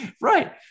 Right